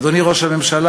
אדוני ראש הממשלה,